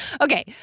Okay